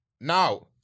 now